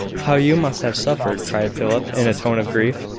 how you must have suffered! cried philip, in a tone of grief.